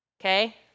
Okay